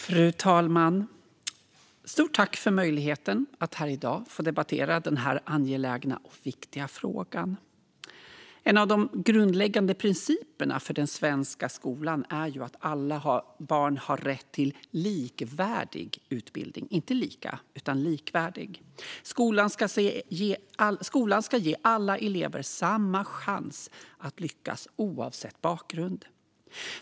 Fru talman! Stort tack för möjligheten att här i dag få debattera denna angelägna och viktiga fråga! En av de grundläggande principerna för den svenska skolan är att alla barn har rätt till likvärdig - inte lika - utbildning. Skolan ska ge alla elever samma chans att lyckas oavsett bakgrund.